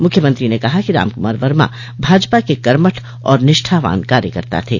मुख्यमंत्री ने कहा कि रामकुमार वर्मा भाजपा के कर्मठ और निष्ठावान कार्यकर्ता थे